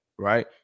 right